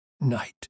night